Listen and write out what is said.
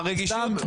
סתם,